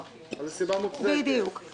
אם זה ביוזמת החולה, זה משהו אחר.